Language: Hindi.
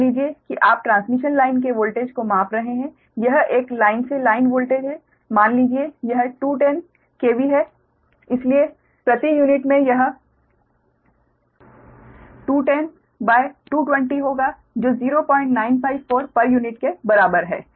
मान लीजिए कि आप ट्रांसमिशन लाइन के वोल्टेज को माप रहे हैं यह एक लाइन से लाइन वोल्टेज है मान लीजिए यह 210 kV है इसलिए प्रति यूनिट में यह 210220 होगा जो 0954 pu के बराबर है